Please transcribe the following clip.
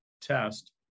test